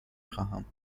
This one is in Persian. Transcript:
خواهم